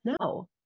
no